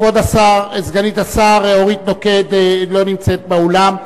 כבוד סגנית השר אורית נוקד לא נמצאת באולם.